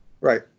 Right